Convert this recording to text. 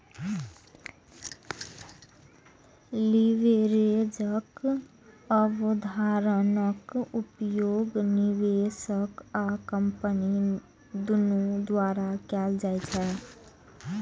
लीवरेजक अवधारणाक उपयोग निवेशक आ कंपनी दुनू द्वारा कैल जाइ छै